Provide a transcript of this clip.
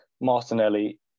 Martinelli